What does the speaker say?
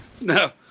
no